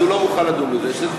הוא לא מוכן לדון בזה.